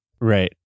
Right